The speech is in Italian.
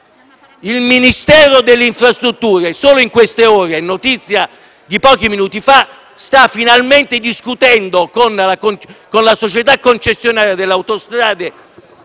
Il Ministero delle infrastrutture solo in queste ore, è notizia di pochi minuti fa, sta finalmente discutendo con la società concessionaria dell'Autostrada